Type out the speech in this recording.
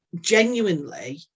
genuinely